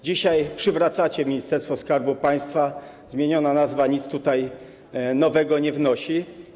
Dzisiaj przywracacie Ministerstwo Skarbu Państwa - zmieniona nazwa nic tutaj nowego nie wnosi.